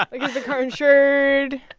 is the car insured?